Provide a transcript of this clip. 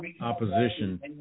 opposition